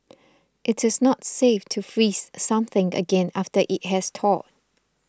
it is not safe to freeze something again after it has thawed